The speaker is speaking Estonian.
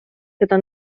seda